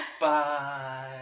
Bye